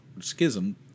schism